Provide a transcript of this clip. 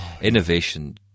Innovation